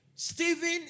Stephen